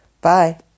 Bye